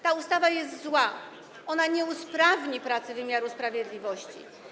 Ta ustawa jest zła, ona nie usprawni pracy wymiaru sprawiedliwości.